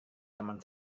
teman